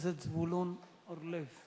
חבר הכנסת זבולון אורלב.